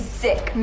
sick